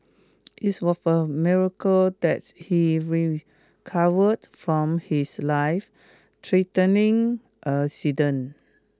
it miracle that he recovered from his lifethreatening accident